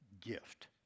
gift